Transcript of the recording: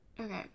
Okay